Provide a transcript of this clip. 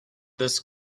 this